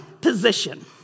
position